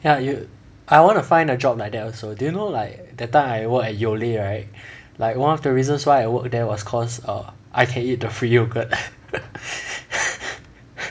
ya you I want to find a job like that also do you know like that time I work at Yole right like one of the reasons why I work there was cause err I can eat the free yogurt